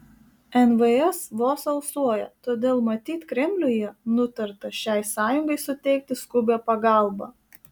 nvs vos alsuoja todėl matyt kremliuje nutarta šiai sąjungai suteikti skubią pagalbą